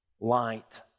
light